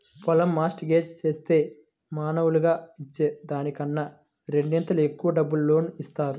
పొలం mortgage జేత్తే మాములుగా ఇచ్చే దానికన్నా రెండింతలు ఎక్కువ డబ్బులు లోను ఇత్తారు